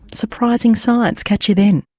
surprising science catch you then